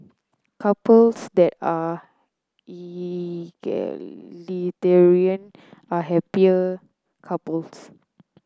couples that are are happier couples